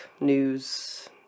news